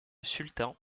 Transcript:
sultan